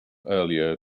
earlier